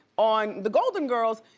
on the golden girls,